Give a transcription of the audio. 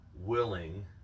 willing